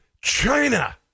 China